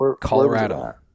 Colorado